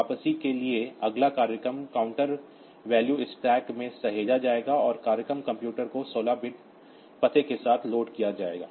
वापसी के लिए अगला प्रोग्राम काउंटर वैल्यू स्टैक में सहेजा जाएगा और प्रोग्राम कंप्यूटर को 16 बिट पते के साथ लोड किया जाएगा